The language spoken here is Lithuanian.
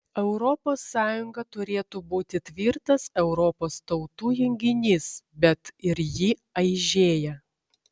europos sąjunga turėtų būti tvirtas europos tautų junginys bet ir ji aižėja